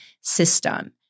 system